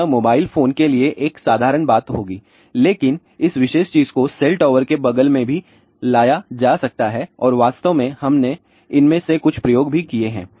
तो यह mobile phone के लिए एक साधारण बात होगी लेकिन इस विशेष चीज को सेल टॉवर के बगल में भी ले जाया जा सकता है और वास्तव में हमने इनमें से कुछ प्रयोग भी किए हैं